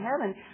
heaven